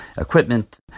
equipment